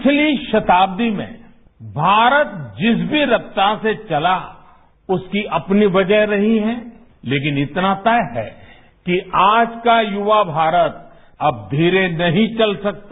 पिछली शताब्दी में भारत जिस भी रफ्तार से चला उसकी अपनी वजह रही है लेकिन इतना तय है कि आज का युवा भारत अब धीरे नहीं चल सकता